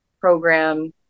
program